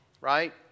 right